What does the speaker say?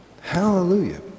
Hallelujah